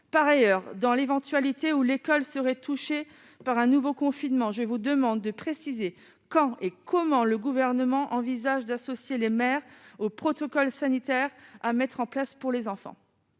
par ailleurs, dans l'éventualité où l'école serait touchée par un nouveau confinement, je vous demande de préciser quand et comment le gouvernement envisage d'associer les maires au protocole sanitaire à mettre en place pour les enfants.